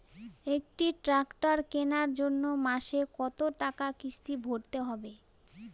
একটি ট্র্যাক্টর কেনার জন্য মাসে কত টাকা কিস্তি ভরতে হবে?